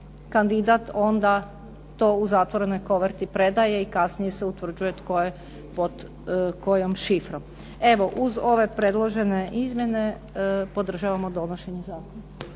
kandidat onda to u zatvorenoj koverti predaje i kasnije se utvrđuje tko je pod kojom šifrom. Evo uz ove predložene izmjene, podržavamo donošenje zakona.